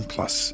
Plus